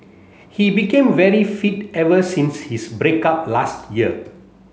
he became very fit ever since his break up last year